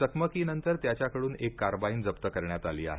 चकमकीनंतर त्याच्याकडून एक कार्बाईन जप्त करण्यात आली आहे